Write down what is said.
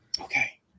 Okay